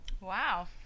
Wow